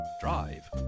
Drive